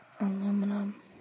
Aluminum